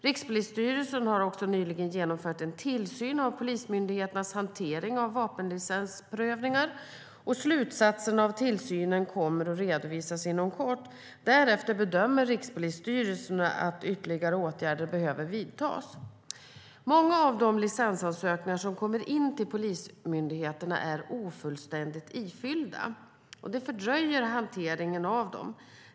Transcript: Rikspolisstyrelsen har nyligen genomfört en tillsyn av polismyndigheternas hantering av vapenlicensprövningar. Slutsatserna av tillsynen kommer att redovisas inom kort. Därefter bedömer Rikspolisstyrelsen om ytterligare åtgärder behöver vidtas. Många av de licensansökningar som kommer in till polismyndigheterna är ofullständigt ifyllda. Detta fördröjer hanteringen av dem.